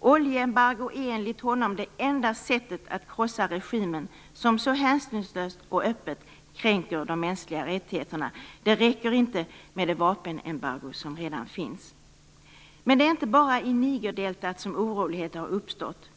Oljeembargo är enligt Wole Soyinka det enda sättet att krossa regimen som så hänsynslöst och öppet kränker de mänskliga rättigheterna. Det räcker inte med det vapenembargo som redan finns. Men det är inte bara i Nigerdeltat som oroligheter har uppstått.